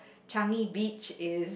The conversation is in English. Changi-Beach is